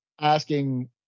asking